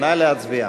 נא להצביע.